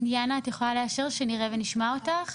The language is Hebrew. המרכז הישראלי ללימודי חירשות.